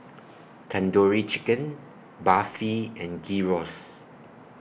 Tandoori Chicken Barfi and Gyros